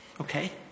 Okay